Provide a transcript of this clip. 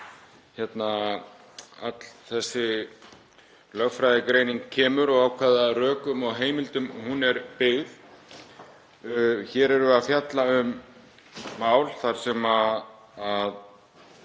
hvaðan öll þessi lögfræðigreining kemur og á hvaða rökum og heimildum hún er byggð. Hér erum við að fjalla um mál þar sem það